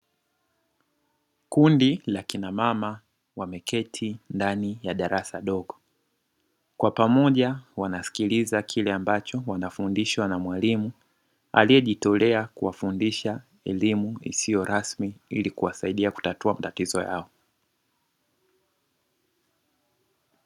Kundi la kina mama wameketi ndani ya darasa dogo, kwa pamoja wanasikiliza kile ambacho wanafundishwa na mwalimu, aliyejitolea kuwafundisha elimu isiyo rasmi ili kuwasaidia kutatua matatizo yao.